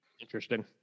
Interesting